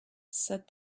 said